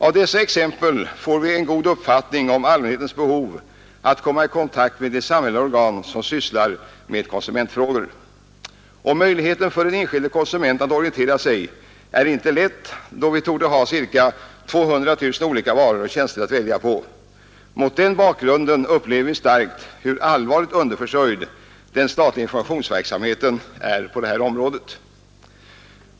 Av dessa exempel får vi en god uppfattning om allmänhetens behov av att komma i kontakt med samhälleliga organ som sysslar med konsumentfrågor. För den enskilde konsumenten är det inte lätt att orientera sig, då vi torde ha ca 200 000 olika varor och tjänster att välja på. Mot den bakgrunden upplever vi starkt hur allvarligt underförsörjd den statliga informationsverksamheten är på detta område.